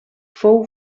fou